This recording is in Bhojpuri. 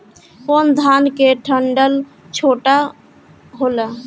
कौन धान के डंठल छोटा होला?